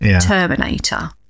Terminator